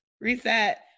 reset